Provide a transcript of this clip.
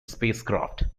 spacecraft